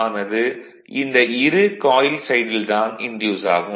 ஆனது இந்த இரு காயில் சைடில் தான் இன்டியூஸ் ஆகும்